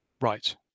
Right